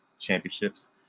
Championships